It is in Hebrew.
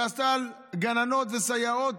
שעשתה דיון חשוב מאוד על גננות וסייעות.